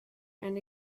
and